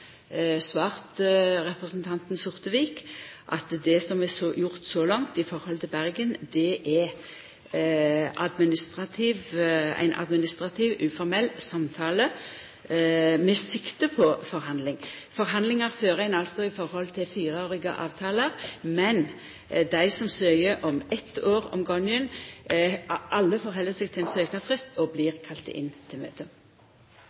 svart representanten Sortevik at det som er gjort så langt i Bergen, er ein administrativ, uformell samtale med sikte på forhandling. Forhandlingar fører ein altså i forhold til fireårige avtalar. Dei som søkjer om eitt år om gongen, held seg til ein søknadsfrist og blir kalla inn til møte.